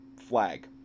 flag